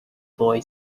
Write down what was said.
boy